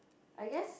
I guess